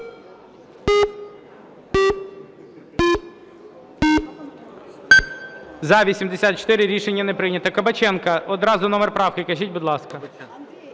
За-84 Рішення не прийнято. Кабаченко. Одразу номер правки кажіть, будь ласка.